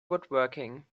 woodworking